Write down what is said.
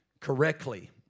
correctly